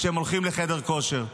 כשהם הולכים לחדר כושר.